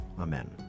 Amen